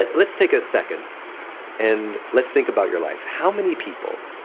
ah let's take a second and let's think about your life. how many people